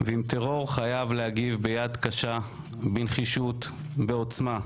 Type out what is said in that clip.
ועם טרור חייבים להגיב ביד קשה ובנחישות ובעוצמה.